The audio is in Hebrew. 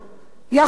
יכול להיות.